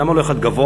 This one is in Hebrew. למה לא אחד גבוה,